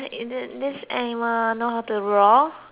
animal know how to roar